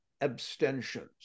abstentions